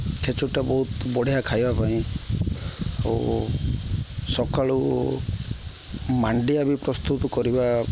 ଖେଚୁଡ଼ିଟା ବହୁତ ବଢ଼ିଆ ଖାଇବା ପାଇଁ ଆଉ ସକାଳୁ ମାଣ୍ଡିଆ ବି ପ୍ରସ୍ତୁତ କରିବା